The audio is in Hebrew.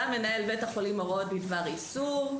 קבע מנהל בית החולים הוראות בדבר איסור,